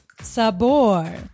Sabor